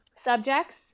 subjects